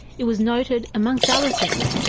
it was noted, amongst other things,